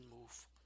move